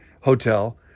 hotel